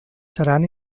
seran